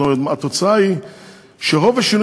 וכמו כל הגדרות הגדולות שמקימים.